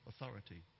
authority